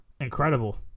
incredible